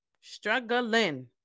struggling